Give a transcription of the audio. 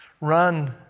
run